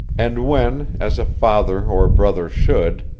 and when, as a father or brother should,